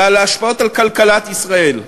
ועל ההשפעות על כלכלת ישראל.